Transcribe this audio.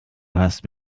hast